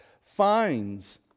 finds